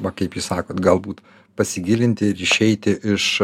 va kaip jūs sakot galbūt pasigilinti ir išeiti iš